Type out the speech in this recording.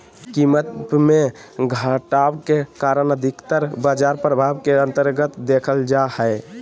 कीमत मे घटाव के कारण अधिकतर बाजार प्रभाव के अन्तर्गत देखल जा हय